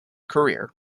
career